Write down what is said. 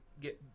get